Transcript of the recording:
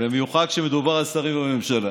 במיוחד כשמדובר על שרים בממשלה.